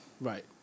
right